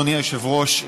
אדוני היושב-ראש,